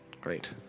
great